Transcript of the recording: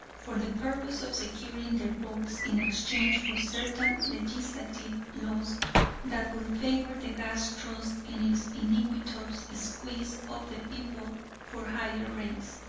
for the purpose of securing their votes in exchange for certain legislative laws that will favor the gas trust in its iniquitous squeeze of the people for higher rates.